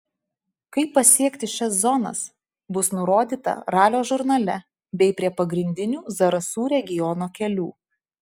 kaip pasiekti šias zonas bus nurodyta ralio žurnale bei prie pagrindinių zarasų regiono kelių